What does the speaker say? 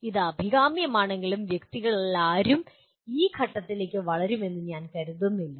ഇത് അഭികാമ്യമാണെങ്കിലും വ്യക്തികളാരും ആ ഘട്ടത്തിലേക്ക് വളരുമെന്ന് ഞാൻ കരുതുന്നില്ല